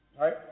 Right